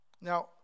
Now